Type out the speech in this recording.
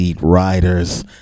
riders